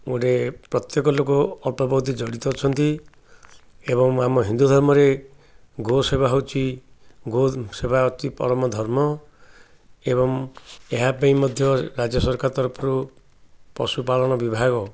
ଗୋଟେ ପ୍ରତ୍ୟେକ ଲୋକ ଅଳ୍ପ ବହୁତେ ଜଡ଼ିତ ଅଛନ୍ତି ଏବଂ ଆମ ହିନ୍ଦୁ ଧର୍ମରେ ଗୋ ସେବା ହେଉଛି ଗୋ ସେବା ଅଛି ପରମ ଧର୍ମ ଏବଂ ଏହା ପାଇଁ ମଧ୍ୟ ରାଜ୍ୟ ସରକାର ତରଫରୁ ପଶୁପାଳନ ବିଭାଗ